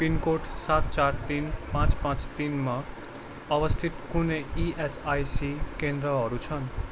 pin code सात चार तिन पाँच पाँच तिन मा अवस्थित कुनै इएसआइसी केन्द्रहरू छन्